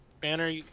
banner